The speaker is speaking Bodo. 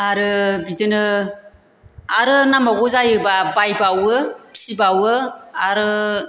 आरो बिदिनो आरो नामावगौ जायोबा बायबावो फिबावो आरो